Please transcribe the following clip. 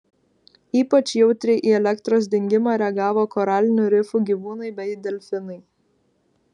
ypač jautriai į elektros dingimą reagavo koralinių rifų gyvūnai bei delfinai